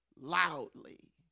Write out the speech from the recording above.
loudly